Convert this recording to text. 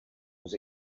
was